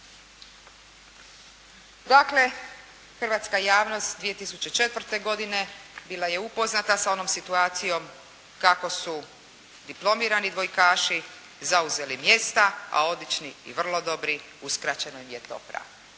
Dakle, hrvatska javnost 2004. godine bila je upoznata s onom situacijom kako su diplomirani dvojkaši zauzeli mjesta, a odlični i vrlo dobri uskraćeno im je to pravo.